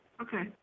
Okay